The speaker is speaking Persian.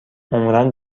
عمرا